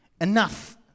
Enough